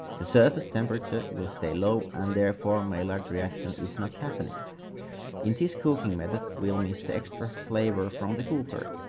the surface temperature will stay low and therefore maillard reaction is not happening in this cooking method. we'll miss the extra flavor from the cooker.